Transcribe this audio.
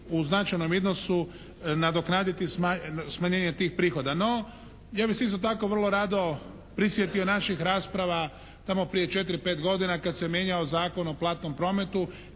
u značajnom iznosu nadoknaditi smanjenje tih prihoda. No, ja bih se isto tako vrlo rado prisjetio naših rasprava tamo prije četiri-pet godina kada se mijenjao Zakon o platnom prometu,